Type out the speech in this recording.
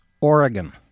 Oregon